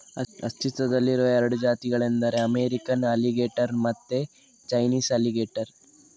ಅಸ್ತಿತ್ವದಲ್ಲಿರುವ ಎರಡು ಜಾತಿಗಳೆಂದರೆ ಅಮೇರಿಕನ್ ಅಲಿಗೇಟರ್ ಮತ್ತೆ ಚೈನೀಸ್ ಅಲಿಗೇಟರ್